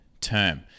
term